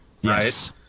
Yes